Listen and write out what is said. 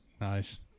nice